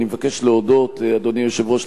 אדוני היושב-ראש,